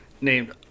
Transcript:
named